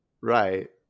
Right